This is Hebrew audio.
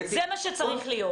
זה מה שצריך להיות.